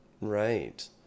Right